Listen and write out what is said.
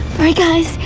right guys,